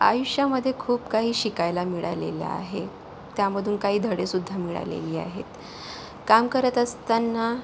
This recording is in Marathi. आयुष्यामध्ये खूप काही शिकायला मिळालेलं आहे त्यामधून काही धडेसुद्धा मिळालेले आहेत काम करत असताना